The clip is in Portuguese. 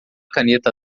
caneta